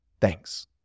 Thanks